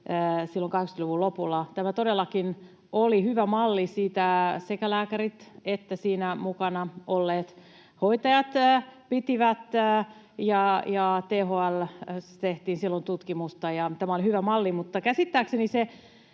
silloin 80-luvun lopulla. Tämä todellakin oli hyvä malli. Siitä sekä lääkärit että siinä mukana olleet hoitajat pitivät. THL:ssä tehtiin silloin tutkimusta, ja tämä oli hyvä malli, mutta käsittääkseni